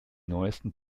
neusten